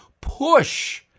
push